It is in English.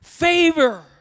Favor